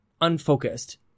unfocused